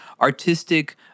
artistic